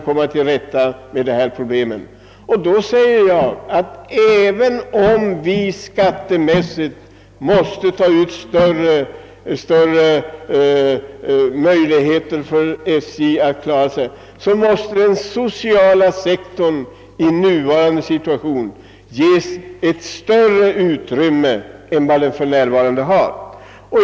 Jag vill särskilt framhålla, att även om SJ skattevägen bereds större möjligheter att klara situationen, så måste den sociala sektorn i nuvarande läge beaktas mera än för närvarande.